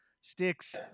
Sticks